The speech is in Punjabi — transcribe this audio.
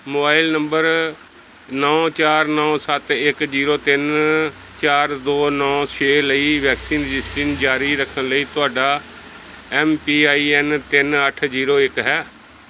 ਮੋਬਾਈਲ ਨੰਬਰ ਨੌਂ ਚਾਰ ਨੌਂ ਸੱਤ ਇੱਕ ਜ਼ੀਰੋ ਤਿੰਨ ਚਾਰ ਦੋ ਨੌਂ ਛੇ ਲਈ ਵੈਕਸੀਨ ਰਜਿਸਟ੍ਰੇਨ ਜਾਰੀ ਰੱਖਣ ਲਈ ਤੁਹਾਡਾ ਐੱਮ ਪੀ ਆਈ ਐੱਨ ਤਿੰਨ ਅੱਠ ਜ਼ੀਰੋ ਇੱਕ ਹੈ